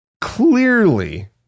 clearly